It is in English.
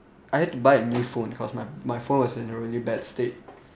I had to buy a new phone cause my my phone was in a really bad state